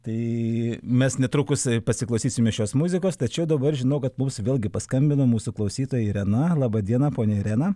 tai mes netrukus pasiklausysime šios muzikos tačiau dabar žinau kad mums vėl gi paskambino mūsų klausytoja irena laba diena ponia irena